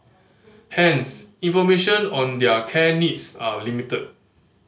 hence information on their care needs are limited